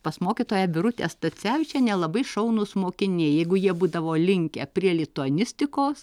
pas mokytoją birutę stacevičienę labai šaunūs mokiniai jeigu jie būdavo linkę prie lituanistikos